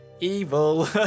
evil